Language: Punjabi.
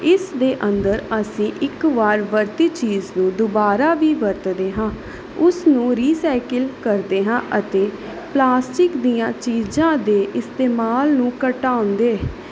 ਇਸ ਦੇ ਅੰਦਰ ਅਸੀਂ ਇੱਕ ਵਾਰ ਵਰਤੀ ਚੀਜ਼ ਨੂੰ ਦੁਬਾਰਾ ਵੀ ਵਰਤਦੇ ਹਾਂ ਉਸ ਨੂੰ ਰੀਸਾਈਕਲ ਕਰਦੇ ਹਾਂ ਅਤੇ ਪਲਾਸਟਿਕ ਦੀਆਂ ਚੀਜ਼ਾਂ ਦੇ ਇਸਤੇਮਾਲ ਨੂੰ ਘਟਾਉਂਦੇ